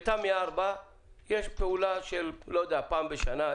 בתמי 4 יש פעולה של, אני לא יודע, פעם בשנה.